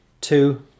two